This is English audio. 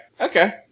Okay